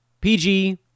pg